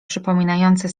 przypominające